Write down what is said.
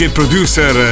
producer